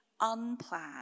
unplanned